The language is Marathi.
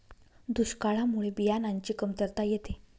दुष्काळामुळे बियाणांची कमतरता येते